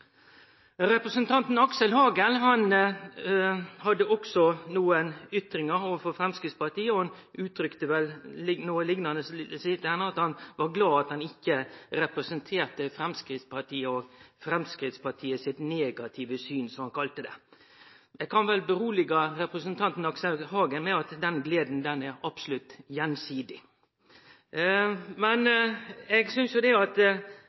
Representanten Aksel Hagen hadde også nokre ytringar overfor Framstegspartiet, og han uttrykte vel noko liknande som at han var glad han ikkje representerte Framstegspartiet og Framstegspartiet sitt negative syn, som han kalla det. Eg kan vel roe representanten Aksel Hagen med at den gleda absolutt er gjensidig. Eg synest at